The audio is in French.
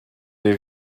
des